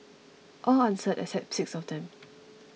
all answered except six of them